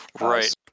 Right